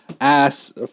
ass